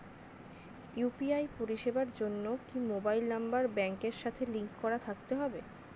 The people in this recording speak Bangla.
ইউ.পি.আই পরিষেবার জন্য কি মোবাইল নাম্বার ব্যাংকের সাথে লিংক করা থাকতে হবে?